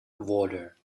water